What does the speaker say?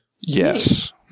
yes